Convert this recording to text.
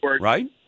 right